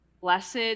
blessed